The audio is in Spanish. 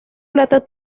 plato